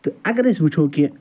تہٕ اَگر أسۍ وُچھُو کہِ